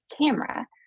camera